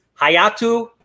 Hayatu